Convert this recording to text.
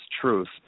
truth